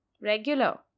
regular